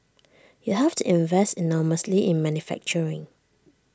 you have to invest enormously in manufacturing